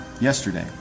yesterday